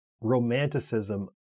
romanticism